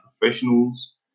professionals